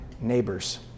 neighbors